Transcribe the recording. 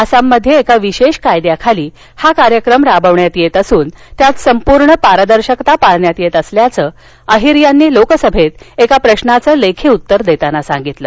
आसाममध्ये एका विशेष कायद्याखाली हा कार्यक्रम राबवण्यात येत असून त्यात संपूर्ण पारदर्शकता पाळण्यात येत असल्याच गृहराज्य मंत्री हंसराज अहिर यांनी लोकसभेत एका प्रश्राच्या लेखी उत्तर देताना सांगितलं